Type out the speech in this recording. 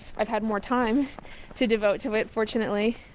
i've had more time to devote to it, fortunately!